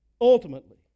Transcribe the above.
ultimately